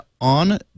on